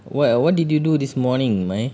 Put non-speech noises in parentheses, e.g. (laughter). wha~ what did you do this morning (laughs)